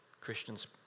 Christians